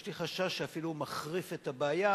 יש לי חשש שהוא אפילו מחריף את הבעיה,